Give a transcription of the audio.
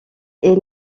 est